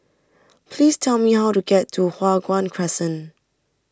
please tell me how to get to Hua Guan Crescent